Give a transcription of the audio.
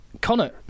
Connor